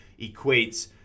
equates